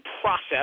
process